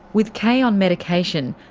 with kay on medication,